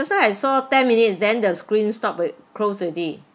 now I saw ten minutes then the screen stopped uh closed already